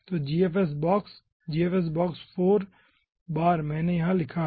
तो gfsbox gfsbox 4 बार मैंने लिखा है